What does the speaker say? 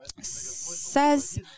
says